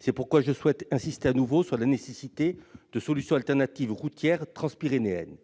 C'est pourquoi je souhaite insister de nouveau sur la nécessité de solutions alternatives routières transpyrénéennes.